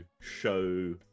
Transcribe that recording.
show